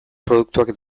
produktuak